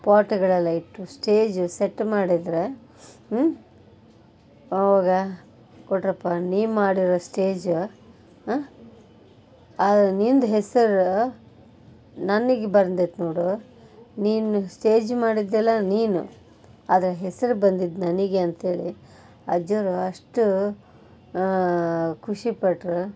ಪಾಟ್ಗಳೆಲ್ಲ ಇಟ್ಟು stage set ಮಾಡಿದರೆ ಆವಾಗ ಕೊಟ್ರಪ್ಪಾ ನೀವು ಮಾಡಿರೋ ಸ್ಟೇಜ ಆ ನಿಂದು ಹೆಸರು ನನಗ್ ಬಂದಿದೆ ನೋಡು ನೀನು ಸ್ಟೇಜ್ ಮಾಡಿದ್ಯಲ್ಲ ನೀನು ಆದ್ರೆ ಹೆಸ್ರು ಬಂದಿದ್ದು ನನಗೆ ಅಂತೇಳಿ ಅಜ್ಜೋರು ಅಷ್ಟು ಖುಷಿಪಟ್ಟರು